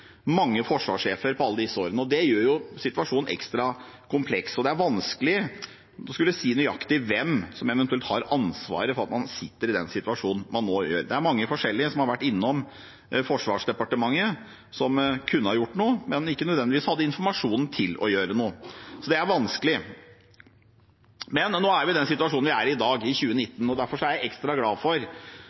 alle disse årene. Det gjør situasjonen ekstra kompleks, og det er vanskelig å skulle si nøyaktig hvem som eventuelt har ansvaret for at man sitter i den situasjonen man nå er i. Det er mange forskjellige som har vært innom Forsvarsdepartementet, som kunne ha gjort noe, men som ikke nødvendigvis hadde informasjonen til å gjøre noe. Så det er vanskelig. Men nå er vi i den situasjonen vi er i, i dag – i 2019. Derfor er jeg ekstra glad for